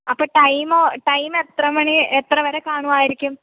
അപ്പം ടൈമോ ടൈം എത്ര മണി എത്രവരെ കാണുമായിരിക്കും